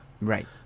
Right